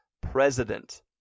president